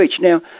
Now